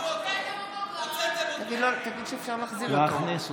הוצאתם אותו.